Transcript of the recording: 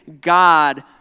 God